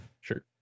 Sure